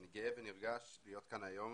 אני גאה ונרגש להיות כאן היום